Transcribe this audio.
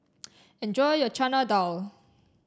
enjoy your Chana Dal